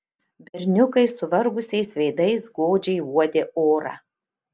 berniukai suvargusiais veidais godžiai uodė orą